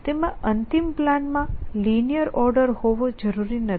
તેમાં અંતિમ પ્લાન માં લિનીઅર ઓર્ડર હોવો જરૂરી નથી